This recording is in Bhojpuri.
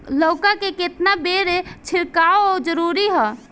लउका में केतना बेर छिड़काव जरूरी ह?